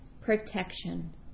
protection